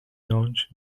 launched